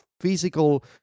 physical